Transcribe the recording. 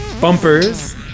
bumpers